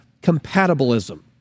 compatibilism